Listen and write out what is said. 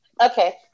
okay